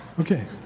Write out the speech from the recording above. okay